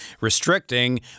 restricting